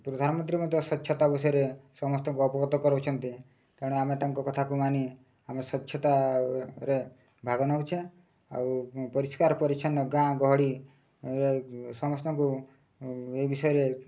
ପ୍ରଧାନମନ୍ତ୍ରୀ ମଧ୍ୟ ସ୍ୱଚ୍ଛତା ବିଷୟରେ ସମସ୍ତଙ୍କୁ ଅବଗତ କରୁଛନ୍ତି ତେଣୁ ଆମେ ତାଙ୍କ କଥାକୁ ମାନି ଆମେ ସ୍ୱଚ୍ଛତାରେ ଭାଗ ନେଉଛେ ଆଉ ପରିଷ୍କାର ପରିଚ୍ଛନ୍ନ ଗାଁ ଗହଳି ସମସ୍ତଙ୍କୁ ଏ ବିଷୟରେ